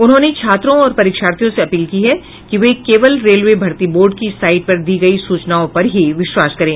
उन्होंने छात्रों और परीक्षार्थियों से अपील की है कि वे केवल रेलवे भर्ती बोर्ड की साईट पर दी गयी सूचनाओं पर ही विश्वास करें